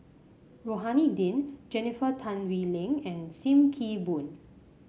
Rohani Din Jennifer Tan Bee Leng and Sim Kee Boon